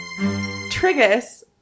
Trigus